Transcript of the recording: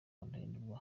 ndahindurwa